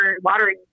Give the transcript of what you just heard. watering